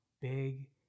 big